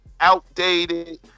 Outdated